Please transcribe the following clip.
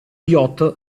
yacht